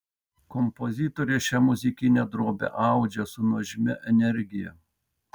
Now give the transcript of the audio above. kompozitorė šią muzikinę drobę audžia su nuožmia energija